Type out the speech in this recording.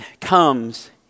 comes